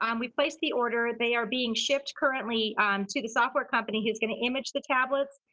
um we placed the order. they are being shipped currently to the software company, who's going to image the tablets.